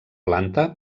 planta